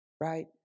Right